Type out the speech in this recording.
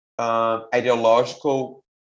ideological